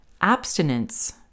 Abstinence